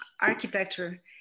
architecture